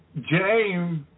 James